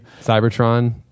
Cybertron